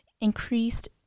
increased